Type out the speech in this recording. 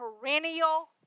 perennial